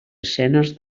escenes